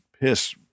piss